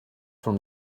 from